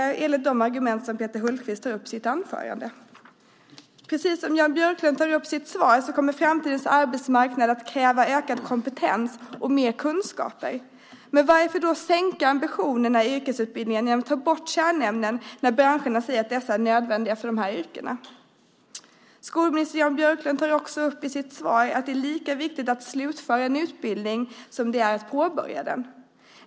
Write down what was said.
De hade samma argument som Peter Hultqvist tog upp i sitt anförande. Precis som Jan Björklund tar upp i sitt svar kommer framtidens arbetsmarknad att kräva ökad kompetens och mer kunskaper. Men varför sänka ambitionerna i yrkesutbildningen genom att ta bort kärnämnena när branscherna säger att de är nödvändiga för dessa yrken? Skolminister Jan Björklund tog också upp i sitt svar att det är lika viktigt att slutföra en utbildning som det är att påbörja den.